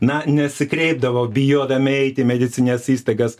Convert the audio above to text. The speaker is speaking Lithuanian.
na nesikreipdavo bijodami eit į medicinines įstaigas